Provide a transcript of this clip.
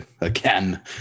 again